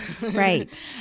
Right